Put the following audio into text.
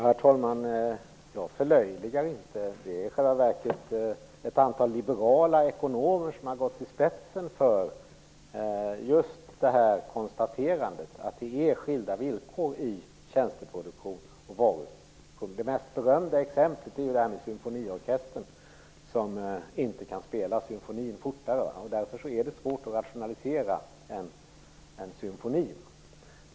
Herr talman! Jag förlöjligar inte. Det är i själva verket ett antal liberala ekonomer som har gått i spetsen för just det här konstaterandet, att det är skilda villkor för tjänsteproduktion och varuproduktion. Det mest berömda exemplet är detta med symfoniorkestern. Symfonier kan inte spelades fortare. Därför är det svårt att rationalisera en symfoni.